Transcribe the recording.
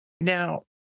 Now